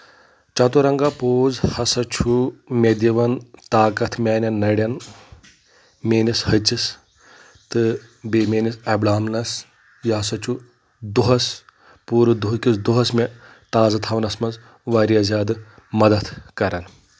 chaturanga pose ہسا چھُ مےٚ دِوان طاقت میانؠن نرؠن میٲنِس ہچِس تہٕ بییٚہِ میٲنِس ایبڈمنس یہِ ہسا چھُ دۄہس پوٗرٕ دۄہہٕ کِس دۄہس مےٚ تازٕ تھاونس منٛز واریاہ زیادٕ مدتھ کران